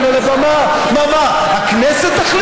אדוני היושב-ראש, חבריי חברי הכנסת,